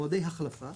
מועדי החלפה